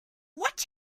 watch